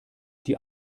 die